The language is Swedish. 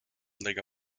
lägga